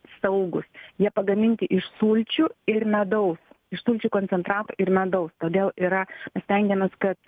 saugūs jie pagaminti iš sulčių ir medaus iš sulčių koncentrato ir medaus todėl yra stengiamės kad